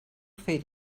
fer